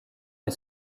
est